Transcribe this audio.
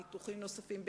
ניתוחים נוספים,